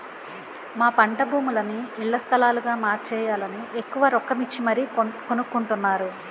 మా పంటభూములని ఇళ్ల స్థలాలుగా మార్చేయాలని ఎక్కువ రొక్కమిచ్చి మరీ కొనుక్కొంటున్నారు